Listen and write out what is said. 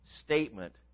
statement